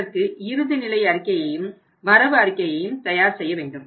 அதற்கு இறுதி நிலையை அறிக்கையையும் வரவு அறிக்கையையும் தயார் செய்ய வேண்டும்